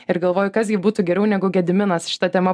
ir galvoju kas gi būtų geriau negu gediminas šita tema